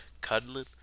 cuddling